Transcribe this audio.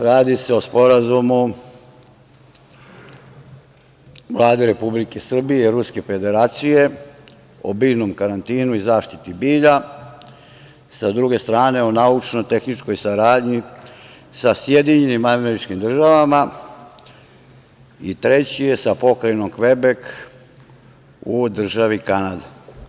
Radi se o Sporazumu Vlade Republike Srbije i Ruske Federacije o biljnom karantinu i zaštiti bilja, sa druge strane o naučno-tehničkoj saradnji sa SAD i treći je sa Pokrajinom Kvebek u državi Kanadi.